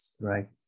right